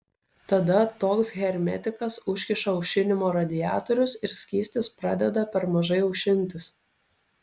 tada toks hermetikas užkiša aušinimo radiatorius ir skystis pradeda per mažai aušintis